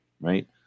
right